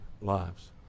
lives